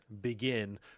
begin